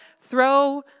throw